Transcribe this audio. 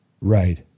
Right